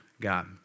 God